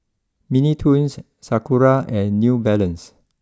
Mini Toons Sakura and new Balance